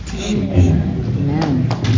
Amen